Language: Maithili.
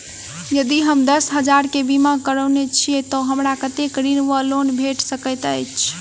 यदि हम दस हजार केँ बीमा करौने छीयै तऽ हमरा कत्तेक ऋण वा लोन भेट सकैत अछि?